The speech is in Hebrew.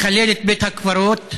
לחלל את בית הקברות.